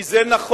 כי זה נכון,